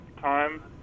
time